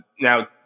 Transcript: Now